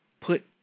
put